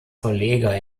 verleger